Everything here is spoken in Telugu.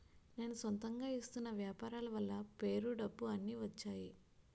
నేను సొంతంగా చేస్తున్న వ్యాపారాల వల్ల పేరు డబ్బు అన్ని వచ్చేయి